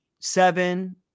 seven